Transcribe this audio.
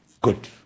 Good